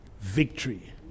victory